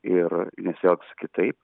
ir nesielgs kitaip